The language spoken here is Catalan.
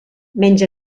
menys